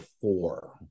four